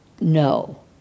no